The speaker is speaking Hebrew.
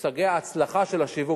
מושגי ההצלחה של השיווק,